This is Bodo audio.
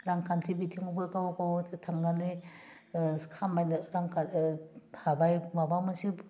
रांखान्थि बिथिङावबो गाव गावनो थांनानै खामायनो रां खामायनो हाबाय माबा मोनसे